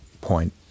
point